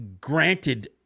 granted